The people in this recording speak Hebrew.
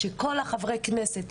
שכל חברי הכנסת,